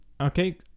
Okay